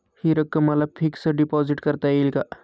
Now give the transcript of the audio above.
हि रक्कम मला फिक्स डिपॉझिट करता येईल का?